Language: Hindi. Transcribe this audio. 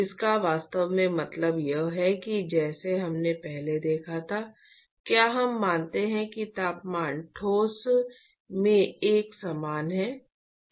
इसका वास्तव में मतलब यह है कि जैसा हमने पहले देखा है क्या हम मानते हैं कि तापमान ठोस में एक समान है